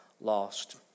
lost